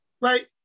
right